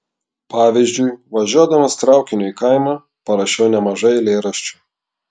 pavyzdžiui važiuodamas traukiniu į kaimą parašiau nemažai eilėraščių